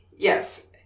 Yes